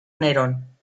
nerón